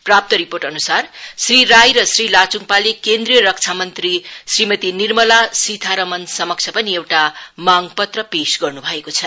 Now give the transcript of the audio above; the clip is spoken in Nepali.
प्राप्त रिपोर्टअनुसार श्री राईले र श्री लाचुङपाले केन्द्रीय रश्रा मन्त्री श्रमती निर्माला सिथारमनसमक्ष पनि एउटा मागपत्र पेश गर्नु भएको छ